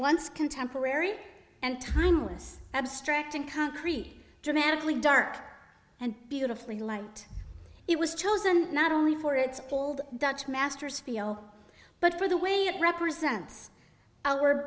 once contemporary and timeless abstract and concrete dramatically dark and beautifully light it was chosen not only for its old dutch masters feel but for the way it represents